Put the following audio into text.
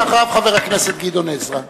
אדוני, ואחריו, חבר הכנסת גדעון עזרא.